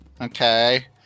okay